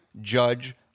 judge